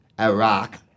Iraq